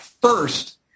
First